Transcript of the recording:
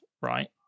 right